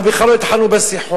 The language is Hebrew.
אנחנו בכלל לא התחלנו בשיחות.